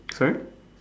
sorry